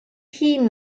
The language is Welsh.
hŷn